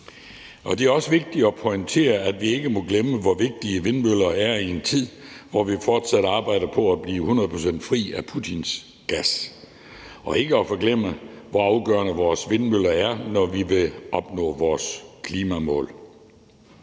Det er også vigtigt af pointere, at vi ikke må glemme, hvor vigtige vindmøller er i en tid, hvor vi fortsat arbejder på at blive hundrede procent fri af Putins gas – ikke at forglemme hvor afgørende vores vindmøller er, når vi vil opnå vores klimamål.